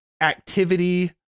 activity